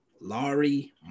Laurie